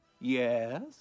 Yes